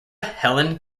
helen